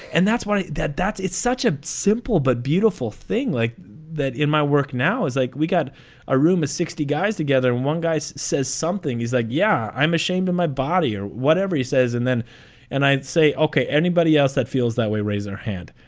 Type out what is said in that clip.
and that's why that that's it's such a simple but beautiful thing like that in my work. now, it's like we got a room of sixty guys together. one guys says something. he's like, yeah, i'm ashamed of my body or whatever he says. and then and i say, okay, anybody else that feels that way raise their hand.